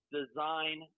design